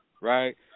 right